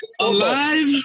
Alive